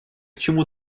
чему